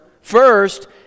First